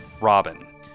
Robin